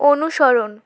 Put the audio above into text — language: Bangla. অনুসরণ